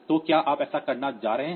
तो क्या आप ऐसा करने जा रहे हैं